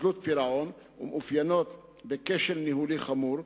פירעון ומתאפיינות בכשל ניהולי חמור,